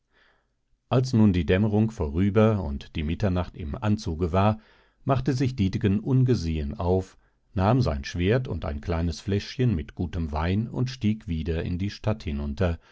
als nun die dämmerung vorüber und die mitternacht im anzuge war machte sich dietegen ungesehen auf nahm sein schwert und ein kleines fläschchen mit gutem wein und stieg wieder in die stadt hinunter